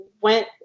went